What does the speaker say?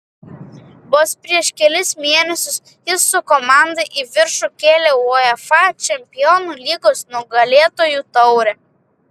vos prieš kelis mėnesius jis su komanda į viršų kėlė uefa čempionų lygos nugalėtojų taurę